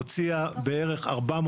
הוציאה בערך 400,